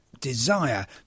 desire